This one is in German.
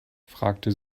fragte